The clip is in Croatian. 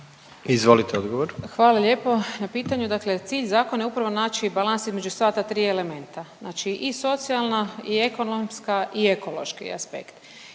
Nikolina (HDZ)** Hvala lijepo na pitanju. dakle, cilj zakona je upravo naći balans između sva ta tri elementa, znači i socijalna, i ekonomska i ekološki aspekt